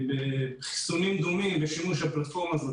בחיסונים דומים בשימוש הפלטפורמה הזאת